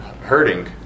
hurting